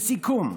לסיכום,